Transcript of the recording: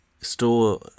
Store